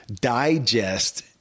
digest